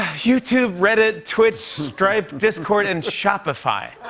youtube, reddit, twitch, stripe, discord, and shopify. aw.